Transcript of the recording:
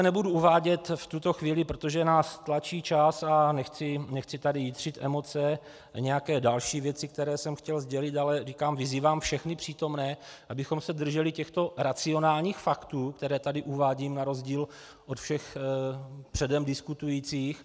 Nebudu zde uvádět v tuto chvíli, protože nás tlačí čas a nechci tady jitřit emoce, nějaké další věci, které jsem chtěl sdělit, ale říkám: vyzývám všechny přítomné, abychom se drželi těchto racionálních faktů, které tady uvádím, na rozdíl od všech předem diskutujících.